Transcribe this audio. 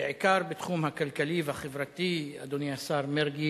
בעיקר בתחום הכלכלי-החברתי, אדוני השר מרגי,